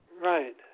Right